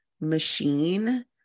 machine